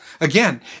Again